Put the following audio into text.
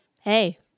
hey